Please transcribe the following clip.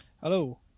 Hello